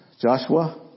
Joshua